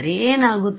ಏನಾಗುತ್ತದೆ